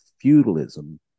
feudalism